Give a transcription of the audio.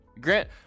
Grant